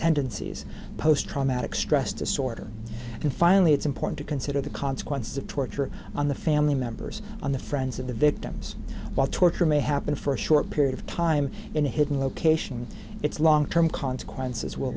tendencies post traumatic stress disorder and finally it's important to consider the consequences of torture on the family members on the friends of the victims while torture may happen for a short period of time in a hidden location its long term consequences will